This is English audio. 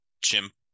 chimp